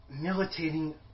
militating